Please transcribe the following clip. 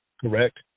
correct